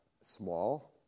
small